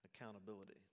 accountability